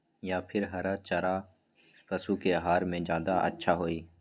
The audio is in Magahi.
या फिर हरा चारा पशु के आहार में ज्यादा अच्छा होई?